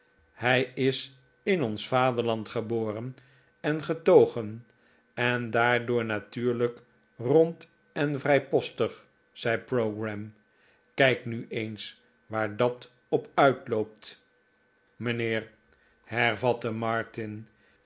hij is in ons vaderland geboren en getogen en daardoor natuurlijk rond en vrijpostig zei pogram kijk nu eens waar dat op uitloopt mijntoe